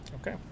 Okay